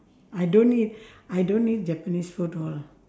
I don't eat I don't eat japanese food all